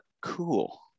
cool